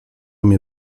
mnie